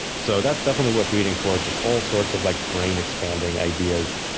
so that's definitely worth reading for just all sorts of like brain expanding ideas.